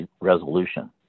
resolution